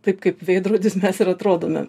taip kaip veidrodis mes ir atrodome